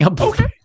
Okay